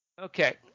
Okay